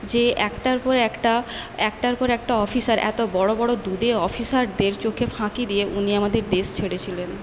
যে একটার পর একটা একটার পর একটা অফিসার এত বড়ো বড়ো দুঁদে অফিসারদের চোখে ফাঁকি দিয়ে উনি আমাদের দেশ ছেড়ে ছিলেন